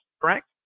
correct